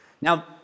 Now